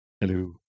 Hello